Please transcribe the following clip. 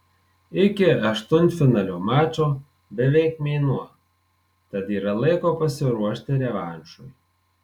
iki aštuntfinalio mačo beveik mėnuo tad yra laiko pasiruošti revanšui